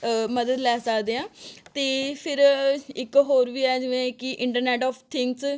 ਮਦਦ ਲੈ ਸਕਦੇ ਹਾਂ ਅਤੇ ਫਿਰ ਇੱਕ ਹੋਰ ਵੀ ਆ ਜਿਵੇਂ ਕਿ ਇੰਟਰਨੈੱਟ ਔਫ ਥਿੰਗਸ